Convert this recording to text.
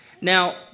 Now